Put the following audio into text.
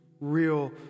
real